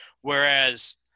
Whereas